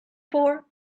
for